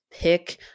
pick